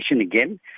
again